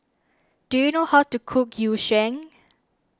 do you know how to cook Yu Sheng